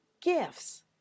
gifts